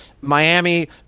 Miami